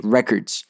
Records